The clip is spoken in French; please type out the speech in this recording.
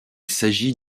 s’agit